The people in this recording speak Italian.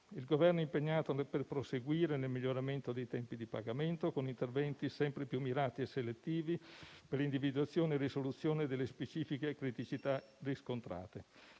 Il Governo è impegnato per proseguire nel miglioramento dei tempi di pagamento, con interventi sempre più mirati e selettivi per l'individuazione e la risoluzione delle specifiche criticità riscontrate.